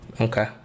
Okay